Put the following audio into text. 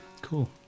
cool